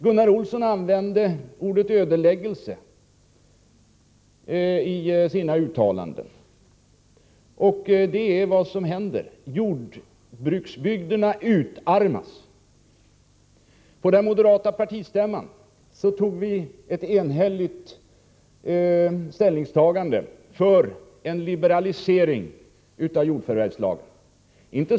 Gunnar Olsson använde ordet ”ödeläggelse” i sina uttalanden. Det är vad som händer — jordbruksbygderna utarmas. På den moderata partistämman tog vi enhälligt ställning för en liberalisering av jordförvärvslagen.